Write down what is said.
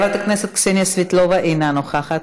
חברת הכנסת קסניה סבטלובה, אינה נוכחת,